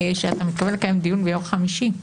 שאתה מתכוון לקיים דיון ביום חמישי.